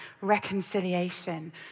reconciliation